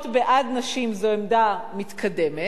להיות בעד נשים זו עמדה מתקדמת,